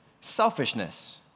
selfishness